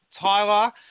Tyler